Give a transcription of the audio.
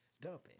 dumping